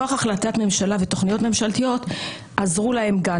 מכוח החלטת ממשלה ותוכניות ממשלתיות עזרו להם גם,